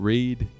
Read